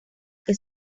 que